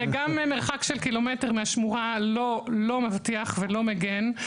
גם מרחק של קילומטר מהשמורה לא מבטיח ולא מגן.